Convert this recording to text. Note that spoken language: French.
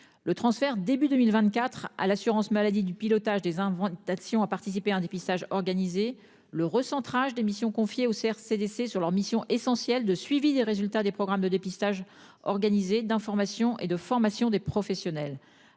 le transfert début 2024 à l'assurance maladie du pilotage des inventeurs d'action à participer à un dépistage organisé le recentrage des missions confiées Auxerre CDC sur leur mission essentielle de suivi des résultats des programmes de dépistage organisé d'information et de formation des professionnels